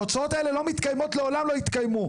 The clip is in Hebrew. ההוצאות האלה לא מתקיימות, לעולם לא יתקיימו.